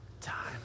time